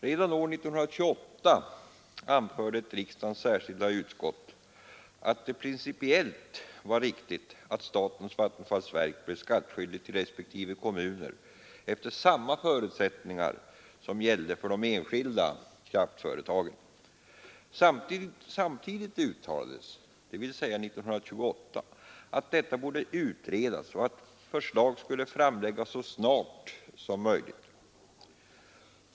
Redan år 1928 anförde ett riksdagens särskilda utskott att det var principiellt riktigt att statens vattenfallsverk blev skattskyldigt till respektive kommuner efter samma förutsättningar som gällde för enskilda kraftföretag. Samtidigt — dvs. år 1928 — uttalades att detta borde utredas och att förslag skulle framläggas ”så snart som möjligt”.